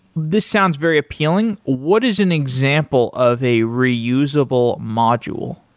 this sounds very appealing. what is an example of a reusable module?